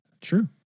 True